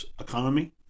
economy